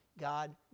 God